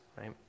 right